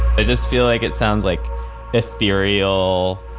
i just feel like it sounds like ethereal,